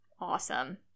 awesome